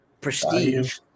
prestige